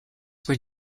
were